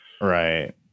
right